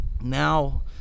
Now